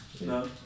No